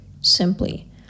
simply